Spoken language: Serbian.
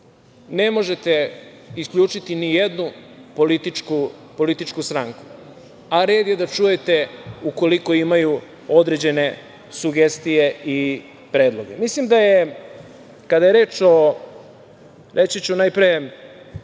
Ne možete isključiti nijednu političku stranku, a red je da čujete, ukoliko imaju određene sugestije i predloge. Mislim da, reći ću najpre,